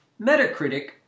Metacritic